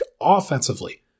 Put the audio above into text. offensively